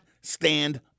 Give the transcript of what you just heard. stand